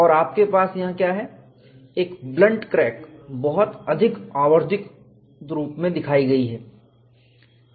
और आपके पास यहां क्या है एक ब्लंट क्रैक बहुत अधिक आवर्धित रूप में दिखाई गई है